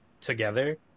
together